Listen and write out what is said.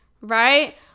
right